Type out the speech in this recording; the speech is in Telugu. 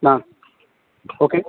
నా ఓకే